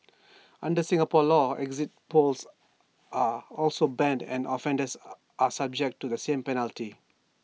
under Singapore law exit polls are also banned and offenders are subject to the same penalty